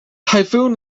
typhoon